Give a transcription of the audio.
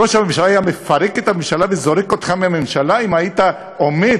ראש הממשלה היה מפרק את הממשלה וזורק אותך מהממשלה אם היית עומד